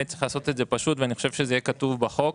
צריך לעשות את זה פשוט, ושזה יהיה כתוב בחוק.